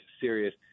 serious